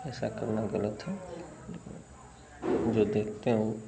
ऐसा करना ग़लत है लेकिन जो देखते हैं